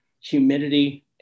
humidity